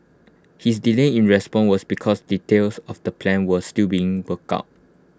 his delay in response was because details of the plan were still being worked out